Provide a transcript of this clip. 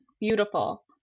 beautiful